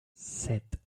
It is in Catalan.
set